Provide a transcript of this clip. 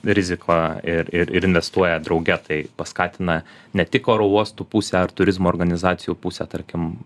riziką ir ir ir investuoja drauge tai paskatina ne tik oro uostų pusę ar turizmo organizacijų pusę tarkim